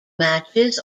matches